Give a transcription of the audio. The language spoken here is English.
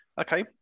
Okay